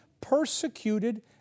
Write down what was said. persecuted